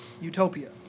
utopia